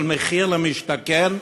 מחיר למשתכן,